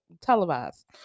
televised